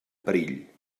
perill